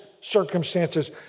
circumstances